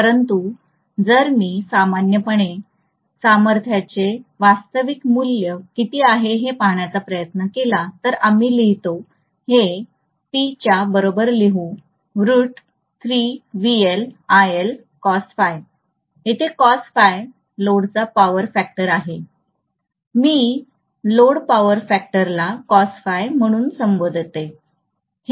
परंतु जर मी सामान्यपणे सामर्थ्याचे वास्तविक मूल्य किती आहे हे पाहण्याचा प्रयत्न केला तर आम्ही लिहितो हे P च्या बरोबर लिहू root इथे लोड चा पॉवर फॅक्टर आहे मी लोड पॉवर फॅक्टर ला म्हणून संबोधतो